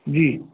जी